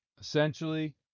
essentially